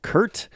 Kurt